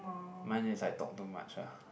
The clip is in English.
mine is like talk too much lah